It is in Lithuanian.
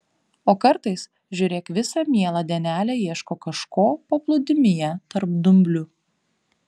o kartais žiūrėk visą mielą dienelę ieško kažko paplūdimyje tarp dumblių